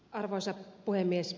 arvoisa puhemies